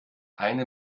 eine